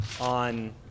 on